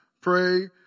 pray